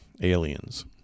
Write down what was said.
aliens